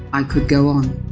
i could go on.